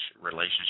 relationship